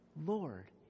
Lord